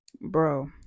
bro